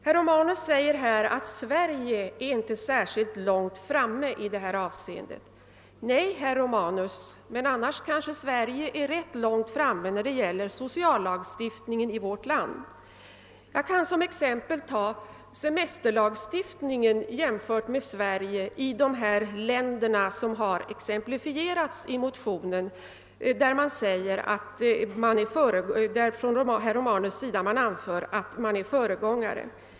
Herr Romanus säger här att Sverige inte är särskilt långt framme i detta avseende. Nej, herr Romanus, men annars kanske Sverige ligger rätt långt framme på sociallagstiftningens område. Jag kan som exempel ta semesterlagstiftningen i Sverige jämförd med förhållandena på detta område i de länder som har exemplifierats i motionen och av herr Romanus betecknats som föregångare.